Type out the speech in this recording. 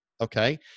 Okay